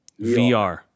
VR